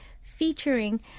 featuring